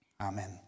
Amen